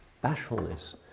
bashfulness